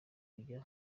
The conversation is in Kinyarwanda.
kujya